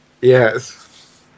Yes